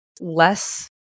less